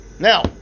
Now